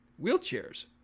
wheelchairs